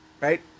right